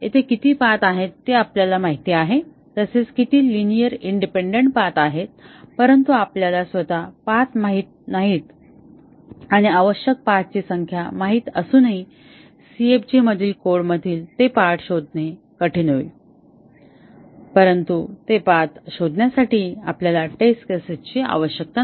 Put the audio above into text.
येथे किती पाथ आहेत हे आपल्याला माहित आहे तसेच किती लिनिअर इंडिपेंडन्ट पाथ आहेत परंतु आपल्याला स्वत पाथ माहित नाहीत आणि आवश्यक पाथची संख्या माहित असूनही CFG मधील कोडमधील ते पार्ट शोधणे कठीण होईल परंतु ते पाथ शोधण्यासाठी आपल्या टेस्टची आवश्यकता नाही